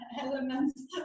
elements